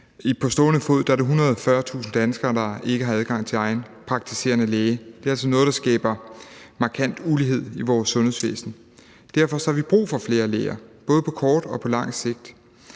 tidspunkt er det 140.000 danskere, der ikke har adgang til egen praktiserende læge. Det er altså noget, der skaber markant ulighed i vores sundhedsvæsen. Derfor har vi både på kort og på lang sigt